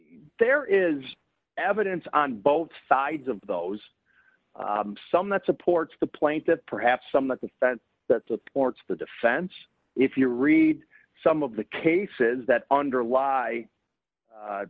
there is evidence on both sides of those some that supports the plank that perhaps some of the sense that the courts the defense if you read some of the cases that underlie